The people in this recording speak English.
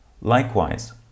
Likewise